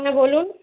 হ্যাঁ বলুন